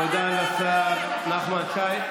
תודה לשר נחמן שי.